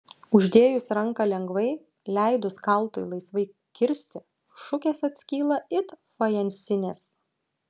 uždėjus ranką lengvai leidus kaltui laisvai kirsti šukės atskyla it fajansinės